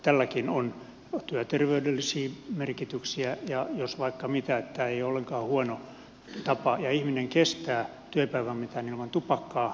tälläkin on työterveydellisiä merkityksiä ja vaikka mitä joten tämä ei ole ollenkaan huono tapa ja ihminen kestää työpäivän mitan ilman tupakkaa